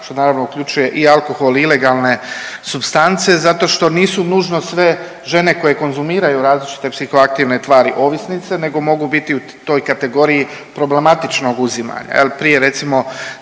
što naravno uključuje i alkohol i ilegalne supstance zato što nisu nužno sve žene koje konzumiraju različite psihoaktivne tvari ovisnice nego mogu biti u toj kategoriji problematičnog uzimanja.